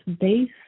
base